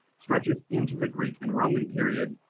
stretches into the greek and roman period,